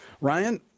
Ryan